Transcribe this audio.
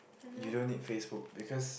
you don't need Facebook because